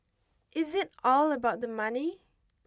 is it all about the money